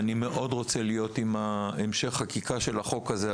אני מאוד רוצה להיות עם המשך החקיקה של החוק הזה,